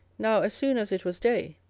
now as soon as it was day,